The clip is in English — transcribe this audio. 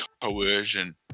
coercion